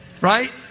Right